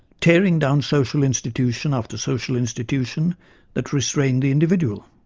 tearing down social institution after social institution that restrained the individual.